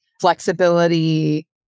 flexibility